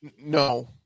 No